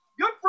good